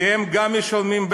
כי גם הם משלמים,